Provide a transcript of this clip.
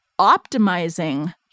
optimizing